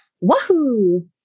wahoo